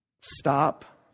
Stop